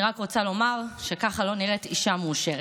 אני רק רוצה לומר שכך לא נראית אישה מאושרת.